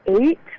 eight